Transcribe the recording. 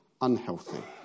unhealthy